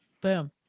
Boom